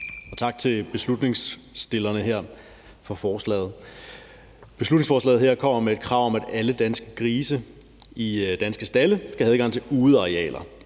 tak til beslutningsforslagsstillerne for forslaget. Beslutningsforslaget her kommer med et krav om, at alle danske grise i danske stalde skal have adgang til udearealer.